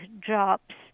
drops